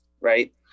Right